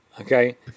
Okay